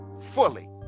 fully